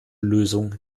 lösung